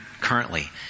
currently